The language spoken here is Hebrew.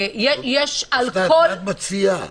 יש על כל --- אוסנת, מה את מציעה?